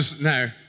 No